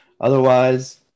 Otherwise